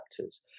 actors